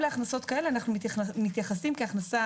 שהייתה ההתייחסות לשחקן הפוקר של האם מתייחסים בנושא הזה,